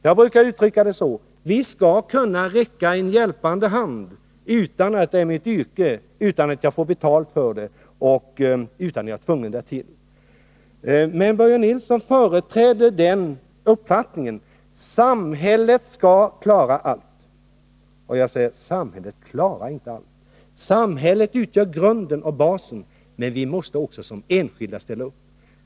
Jag brukar uttrycka det så här: Vi skall kunna räcka en hjälpande hand utan att det är vårt yrke, utan att vi får betalt för det och utan att vi är tvungna därtill. Men Börje Nilsson företräder uppfattningen att samhället skall klara allt. Jag säger: Samhället klarar inte allt. Samhället utgör grunden och basen, men vi måste också som enskilda ställa upp.